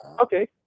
okay